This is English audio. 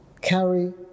carry